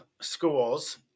schools